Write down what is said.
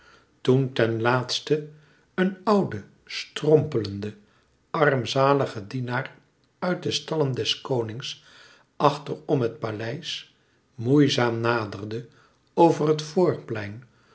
toen ten laatste een oude strompelende armzalige dienaar uit de stallen des konings achter om het paleis moeizaam naderde over het voorplein